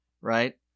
right